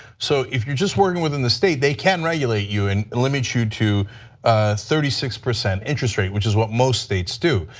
so if you are just working within the state, they can regulate you and limit you to thirty six percent interest rate which is what most states do.